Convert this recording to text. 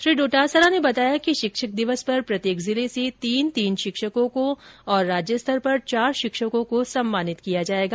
श्री डोटासरा ने बताया कि शिक्षक दिवस पर प्रत्येक जिले से तीन तीन शिक्षकों को तथा राज्य स्तर पर चार शिक्षकों को सम्मानित किया जाएगा